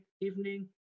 evening